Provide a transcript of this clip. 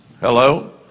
Hello